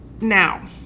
Now